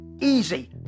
easy